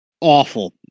awful